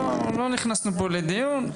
לא נכנסנו פה לדיון.